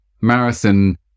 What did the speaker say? marathon